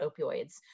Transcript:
opioids